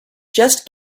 just